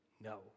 No